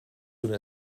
una